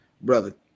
brother